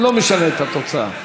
לא משנה את התוצאה.